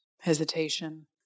hesitation